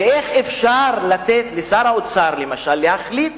איך אפשר לתת לשר האוצר, למשל, להחליט